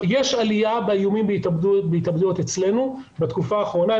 יש עליה באיומים בהתאבדויות אצלנו בתקופה האחרונה.